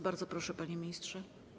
Bardzo proszę, panie ministrze.